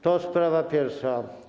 To sprawa pierwsza.